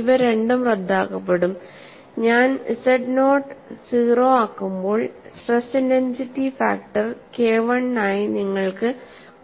ഇവ രണ്ടും റദ്ദാക്കപ്പെടും ഞാൻ z നോട്ട് 0 ആക്കുമ്പോൾ stress intensity factor K I നായി നിങ്ങൾക്ക്